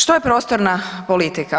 Što je prostorna politika.